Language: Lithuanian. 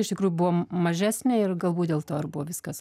iš tikrųjų buvom mažesni ir galbūt dėl to ir buvo viskas